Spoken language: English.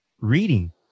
reading